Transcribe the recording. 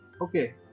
Okay